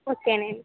okay అండి